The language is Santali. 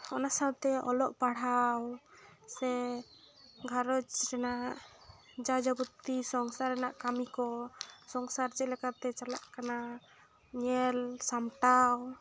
ᱚᱱᱟ ᱥᱟᱶᱛᱮ ᱚᱞᱚᱜ ᱯᱟᱲᱦᱟᱣ ᱜᱷᱟᱨᱚᱸᱡᱽ ᱨᱮᱱᱟᱜ ᱡᱟ ᱡᱟᱵᱳᱛᱤ ᱥᱚᱝᱥᱟᱨ ᱨᱮᱱᱟᱜ ᱠᱟᱹᱢᱤ ᱠᱚ ᱥᱚᱝᱥᱟᱨ ᱪᱮᱫ ᱮᱠᱟᱛᱮ ᱪᱟᱞᱟᱜ ᱠᱟᱱᱟ ᱧᱮᱞ ᱥᱟᱢᱴᱟᱣ